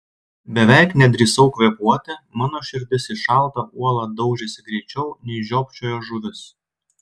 beveik nedrįsau kvėpuoti mano širdis į šaltą uolą daužėsi greičiau nei žiopčiojo žuvis